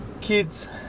kids